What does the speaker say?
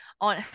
on